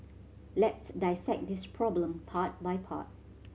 let's dissect this problem part by part